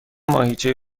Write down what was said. ماهیچه